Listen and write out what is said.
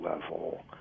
level